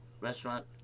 restaurant